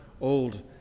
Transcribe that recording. old